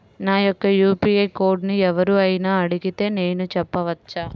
నా యొక్క యూ.పీ.ఐ కోడ్ని ఎవరు అయినా అడిగితే నేను చెప్పవచ్చా?